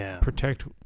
protect